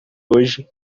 hoje